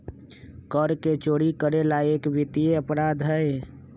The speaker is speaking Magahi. कर के चोरी करे ला एक वित्तीय अपराध हई